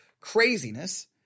craziness